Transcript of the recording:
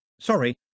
Sorry